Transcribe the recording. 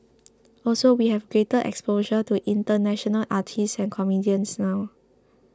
also we have greater exposure to international artists and comedians now